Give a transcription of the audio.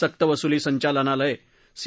सक्तवसुली संचालनालय सी